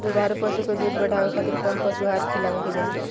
दुग्धारू पशु के दुध बढ़ावे खातिर कौन पशु आहार खिलावल जाले?